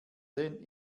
den